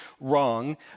wrong